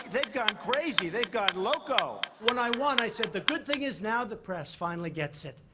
they've gone crazy. they've gone loco. when i won, i said, the good thing is now the press finally gets it.